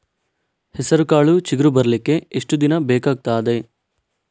ಹೆಸರುಕಾಳು ಚಿಗುರು ಬರ್ಲಿಕ್ಕೆ ಎಷ್ಟು ದಿನ ಬೇಕಗ್ತಾದೆ?